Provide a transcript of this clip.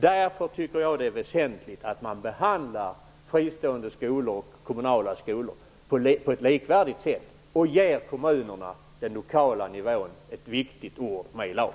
Därför tycker jag att det är väsentligt att man behandlar fristående skolor och kommunala skolor på ett likvärdigt sätt och ger kommunerna, den lokala nivån, ett viktigt ord med i laget.